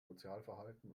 sozialverhalten